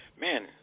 Man